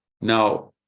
Now